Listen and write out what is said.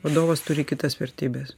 vadovas turi kitas vertybes